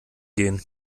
gehen